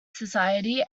society